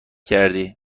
کردی